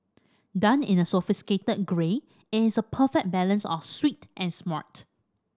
done in a sophisticated grey it is a perfect balance of sweet and smart